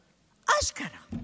אשכרה.